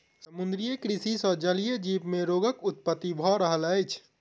समुद्रीय कृषि सॅ जलीय जीव मे रोगक उत्पत्ति भ रहल अछि